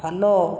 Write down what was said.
follow